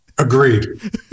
Agreed